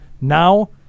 Now